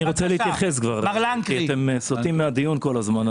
אני רוצה להתייחס כי אתם סוטים מהדיון כל הזמן.